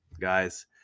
Guys